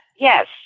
Yes